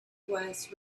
was